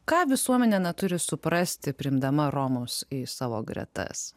ką visuomenė na turi suprasti priimdama romus į savo gretas